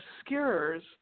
obscures